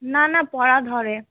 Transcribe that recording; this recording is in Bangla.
না না পড়া ধরে